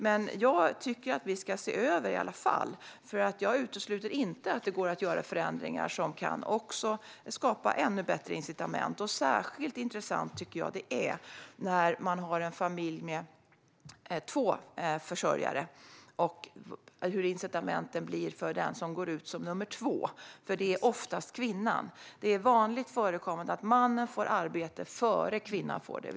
Men jag tycker att vi ska se över detta i alla fall, för jag utesluter inte att det går att göra förändringar som kan skapa ännu bättre incitament. Särskilt intressant tycker jag att incitamentet är för den som går ut som nummer två i en familj med två försörjare, för det är oftast kvinnan. Det är vanligt förekommande att mannen får arbete innan kvinnan får det.